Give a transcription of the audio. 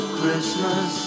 christmas